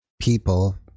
people